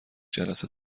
جلسه